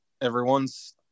Everyone's –